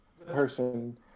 person